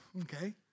okay